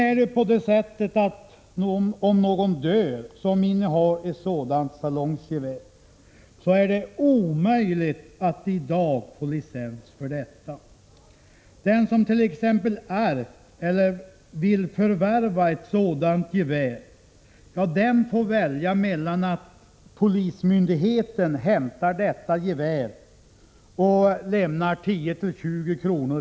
Om en person som innehar ett sådant salongsgevär dör, så är det omöjligt för den som ärver geväret att i dag få licens för detta. Den som ärvt eller vill förvärva ett sådant gevär får välja mellan att polismyndigheterna hämtar geväret och lämnar 10—20 kr.